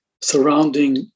surrounding